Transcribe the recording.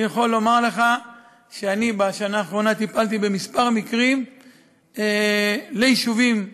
אני יכול לומר לך שבשנה האחרונה טיפלתי בכמה מקרים ביישובים יהודיים,